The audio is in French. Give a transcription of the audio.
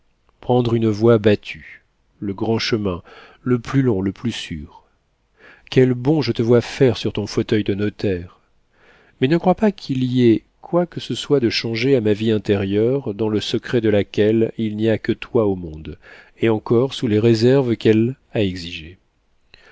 prendre une voie battue le grand chemin le plus long le plus sûr quel bond je te vois faire sur ton fauteuil de notaire mais ne crois pas qu'il y ait quoi que ce soit de changé à ma vie intérieure dans le secret de laquelle il n'y a que toi au monde et encore sous les réserves qu'elle a exigées